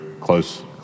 close